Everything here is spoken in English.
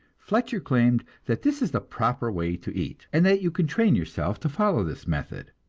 fletcher claimed that this is the proper way to eat, and that you can train yourself to follow this method.